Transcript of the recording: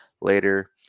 later